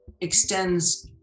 extends